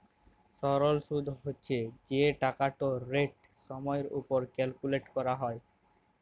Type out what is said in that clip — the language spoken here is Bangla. সরল সুদ্ হছে যে টাকাটর রেট সময়ের উপর ক্যালকুলেট ক্যরা হ্যয়